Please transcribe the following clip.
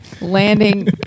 landing